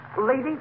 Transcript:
Lady